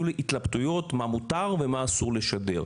לי התלבטויות מה מותר ומה אסור לשדר.